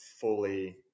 fully –